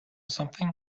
something